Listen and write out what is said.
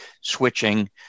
switching